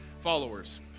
followers